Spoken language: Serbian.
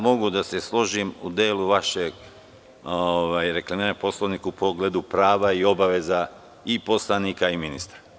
Mogu da se složim u delu vašeg reklamiranja Poslovnika u pogledu prava i obaveza i poslanika i ministra.